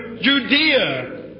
Judea